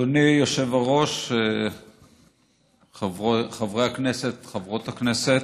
אדוני היושב-ראש, חברי הכנסת, חברות הכנסת,